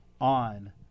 on